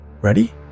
Ready